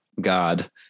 god